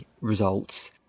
results